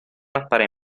appare